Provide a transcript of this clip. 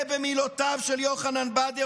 במילותיו של יוחנן בדר,